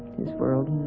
his world